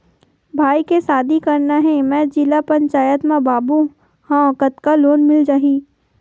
भाई के शादी करना हे मैं जिला पंचायत मा बाबू हाव कतका लोन मिल जाही?